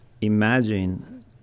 imagine